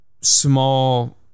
small